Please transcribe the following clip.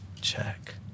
check